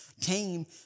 came